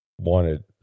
wanted